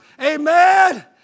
Amen